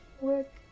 Work